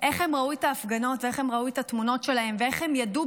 איך הם ראו את ההפגנות ואיך הם ראו את התמונות שלהם ואיך הם ידעו,